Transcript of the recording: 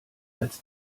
als